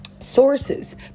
Sources